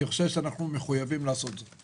אני חושב שאנחנו מחויבים לעשות זאת.